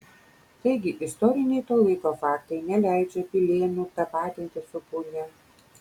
taigi istoriniai to laiko faktai neleidžia pilėnų tapatinti su punia